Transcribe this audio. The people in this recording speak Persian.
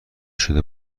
شده